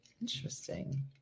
Interesting